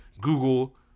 Google